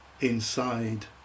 inside